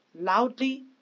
loudly